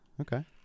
okay